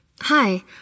Hi